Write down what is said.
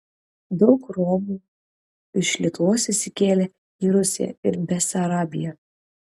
daug romų iš lietuvos išsikėlė į rusiją ir besarabiją